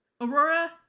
Aurora